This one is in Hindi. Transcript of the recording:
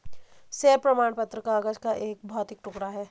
शेयर प्रमाण पत्र कागज का एक भौतिक टुकड़ा है